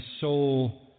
soul